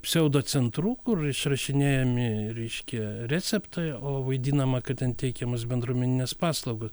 pseudo centrų kur išrašinėjami reiškia receptai o vaidinama kad ten teikiamos bendruomeninės paslaugo